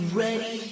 ready